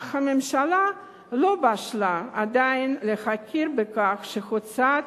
אך הממשלה לא בשלה עדיין להכיר בכך שהוצאה